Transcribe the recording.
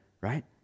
right